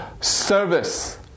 service